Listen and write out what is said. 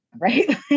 right